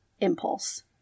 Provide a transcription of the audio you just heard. impulse